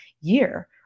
year